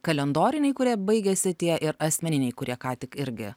kalendoriniai kurie baigėsi tie ir asmeniniai kurie ką tik irgi